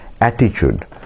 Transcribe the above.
attitude